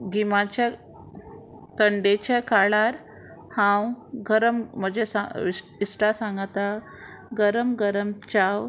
गिमाच्या थंडेच्या काळार हांव गरम म्हजे सांग इश्टा सांगता गरम गरम चाव